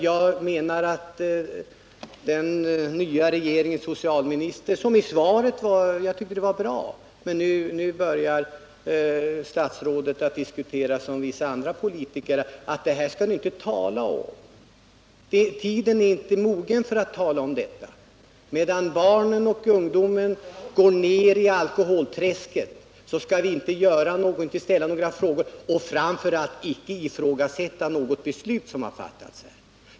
Jag tycker att socialministerns skrivna svar var bra, men nu börjar statsrådet att diskutera som vissa andra politiker: det här skall ni inte tala om, tiden är inte mogen för detta. Medan barnen och ungdomarna går ner sig i alkoholträsket skall vi inte ställa några frågor och framför allt inte ifrågasätta något beslut som har fattats här i riksdagen.